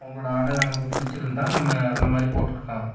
அவங்களோட ஆடை நமக்கு பிடுச்சிருந்தா நம்ம அந்த மாதிரி போட்டுக்கலாம்